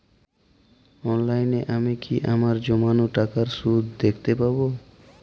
অনলাইনে আমি কি আমার জমানো টাকার সুদ দেখতে পবো?